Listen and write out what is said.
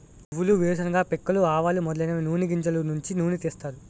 నువ్వులు వేరుశెనగ పిక్కలు ఆవాలు మొదలైనవి నూని గింజలు నుంచి నూనె తీస్తారు